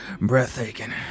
breathtaking